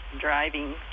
driving